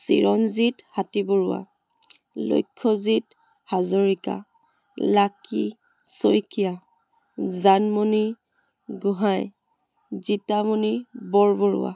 Chiranjit Hatibaruah Lakshyajit Hazarika Lucky Saikia Janmoni Gohain Jitamoni Borbarua